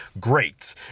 great